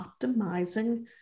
optimizing